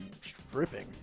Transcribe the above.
stripping